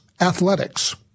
Athletics